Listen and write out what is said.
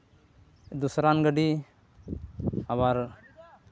ᱫᱚᱥᱟᱨᱟᱱ ᱜᱟᱹᱰᱤ ᱟᱵᱟᱨ